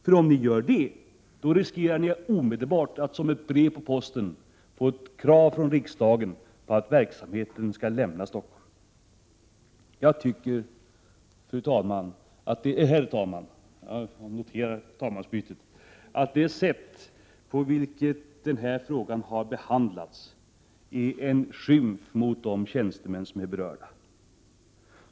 För om ni gör det, då riskerar ni omedelbart att som ett brev på posten få ett krav från riksdagen på att verksamheten skall lämna Stockholm! Jag tycker att det sätt på vilket den här frågan har behandlats är en skymf mot de tjänstemän som är berörda.